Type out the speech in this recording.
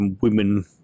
women